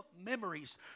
memories